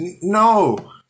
No